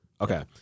okay